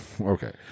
Okay